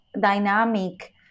dynamic